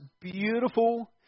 beautiful